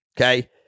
Okay